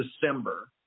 December